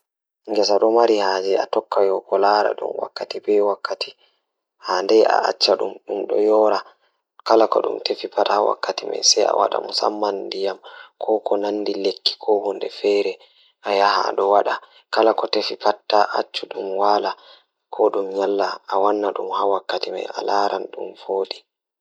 Jokkondir leydi garden ngal e sabu waɗtude ndiyam e hokkondir ko joom nde waawataa sabu ñaawoore. Njidi gasi, giɓɓe e maaɗaare ngal. Foti waawaa waɗude seed walla nde njidi leydi ngam eɗen. Waawataa haɓɓude baafal e sabu njiddude e ndiyam kadi waɗtude forere ndee nguurndam ngal